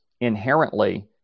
inherently